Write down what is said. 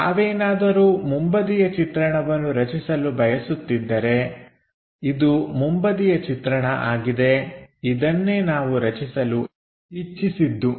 ನಾವೇನಾದರೂ ಮುಂಬದಿಯ ಚಿತ್ರಣವನ್ನು ರಚಿಸಲು ಬಯಸುತ್ತಿದ್ದರೆ ಇದು ಮುಂಬದಿಯ ಚಿತ್ರಣ ಆಗಿದೆ ಇದನ್ನೇ ನಾವು ರಚಿಸಲು ಇಚ್ಚಿಸಿದ್ದು